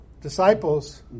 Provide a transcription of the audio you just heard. disciples